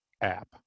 app